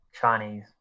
Chinese